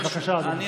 בבקשה, אדוני.